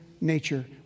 nature